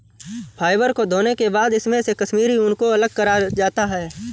fibre को धोने के बाद इसमे से कश्मीरी ऊन को अलग करा जाता है